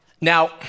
Now